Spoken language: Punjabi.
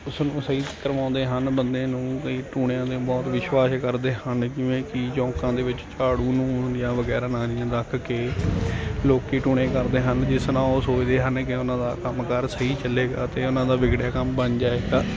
ਉਸ ਨੂੰ ਸਹੀ ਕਰਵਾਉਂਦੇ ਹਨ ਬੰਦੇ ਨੂੰ ਕਈ ਟੂਣਿਆਂ ਦੇ ਬਹੁਤ ਵਿਸ਼ਵਾਸ ਕਰਦੇ ਹਨ ਕਿਵੇਂ ਕਿ ਚੌਂਕਾਂ ਦੇ ਵਿੱਚ ਝਾੜੂ ਨੂੰ ਜਾਂ ਵਗੈਰਾ ਨਾਰੀਅਲ ਰੱਖ ਕੇ ਲੋਕ ਟੂਣੇ ਕਰਦੇ ਹਨ ਜਿਸ ਨਾਲ ਉਹ ਸੋਚਦੇ ਹਨ ਕਿ ਉਹਨਾਂ ਦਾ ਕੰਮ ਕਾਰ ਸਹੀ ਚੱਲੇਗਾ ਅਤੇ ਉਹਨਾਂ ਦਾ ਵਿਗੜਿਆ ਕੰਮ ਬਣ ਜਾਏਗਾ